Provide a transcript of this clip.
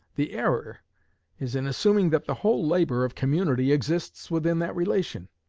the error is in assuming that the whole labor of community exists within that relation.